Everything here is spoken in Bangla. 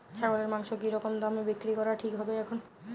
ছাগলের মাংস কী রকম দামে বিক্রি করা ঠিক হবে এখন?